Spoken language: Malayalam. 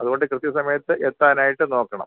അതുകൊണ്ട് കൃത്യ സമയത്ത് എത്താനായിട്ട് നോക്കണം